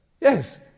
Yes